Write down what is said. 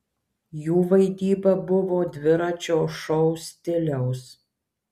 jų vaidyba buvo dviračio šou stiliaus